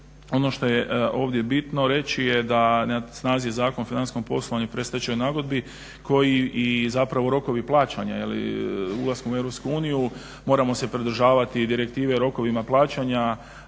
Ono što je ovdje bitno reći je da na snazi je Zakon o financijskom poslovanju i predstečajnoj nagodbi koji i zapravo rokovi plaćanja, ulaskom u Europsku uniju moramo se pridržavati direktive rokovima plaćanja